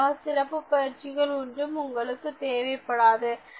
அதற்காக சிறப்பு பயிற்சிகள் ஒன்றும் உங்களுக்கு தேவைப்படாது